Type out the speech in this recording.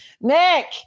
Nick